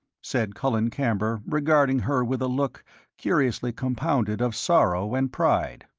said colin camber, regarding her with a look curiously compounded of sorrow and pride,